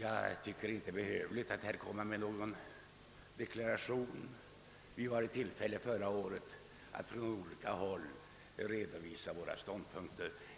Jag tycker inte det är behövligt att här avge någon allmän deklaration, eftersom vi hade tillfälle förra året att från olika håll redovisa våra åsikter